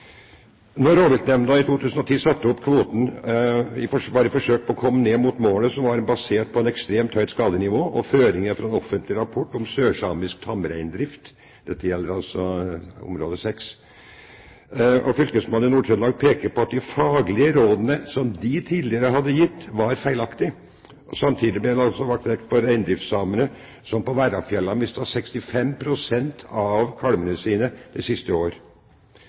rovviltnemnda i 2010 satte opp kvoten, var det et forsøk på å komme ned mot bestandsmålet som var basert på et ekstremt høyt skadenivå, og på føringer fra en offentlig rapport om sørsamisk tamreindrift. Dette gjelder altså område 6. Fylkesmannen i Nord-Trøndelag pekte på at de faglige rådene som de tidligere hadde gitt, var feilaktige. Samtidig ble det lagt vekt på at reindriftssamene på Verrafjellet har mistet 65 pst. av kalvene sine det siste